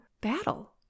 battle